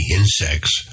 insects